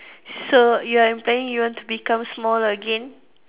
so you are implying you want to become small again